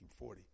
1940